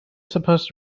supposed